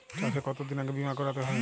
চাষে কতদিন আগে বিমা করাতে হয়?